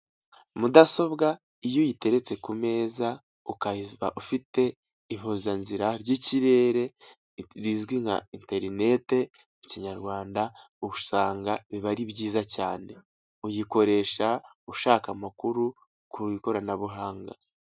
Mudasobwa iyo uyiteretse ku meza ukaba ufite ihuzanzira ry'ikirere rizwi nka interinet mu kinyarwanda, usanga biba ari byiza cyane, uyikoresha ushaka amakuru ku ikoranabuhanga.